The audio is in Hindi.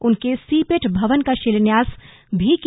उन्होंने सिपेट भवन का शिलान्यास भी किया